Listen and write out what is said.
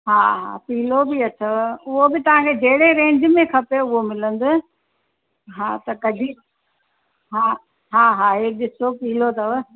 हा पीलो बि अथव उहो बि तव्हां खे जहिड़े रेंज में खपे उहो मिलंदे हा त कढी हा हा हा ही ॾिसो पीलो अथव